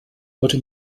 wurde